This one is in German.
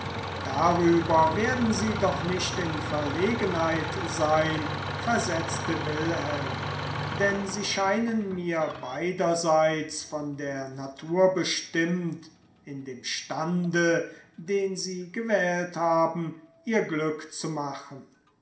darüber werden sie doch nicht in verlegenheit sein versetzte wilhelm denn sie scheinen mir beiderseits von der natur bestimmt in dem stande den sie gewählt haben ihr glück zu machen